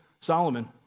Solomon